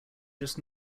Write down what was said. just